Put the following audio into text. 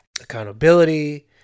accountability